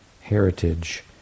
heritage